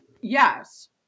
Yes